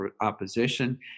opposition